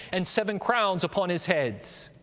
and seven crowns upon his heads.